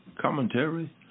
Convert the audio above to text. commentary